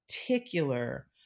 particular